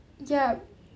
yup